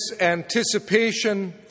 anticipation